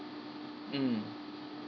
mm